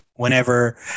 Whenever